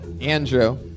Andrew